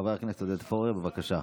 חבר הכנסת עודד פורר, בבקשה.